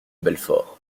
belfort